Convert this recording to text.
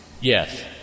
Yes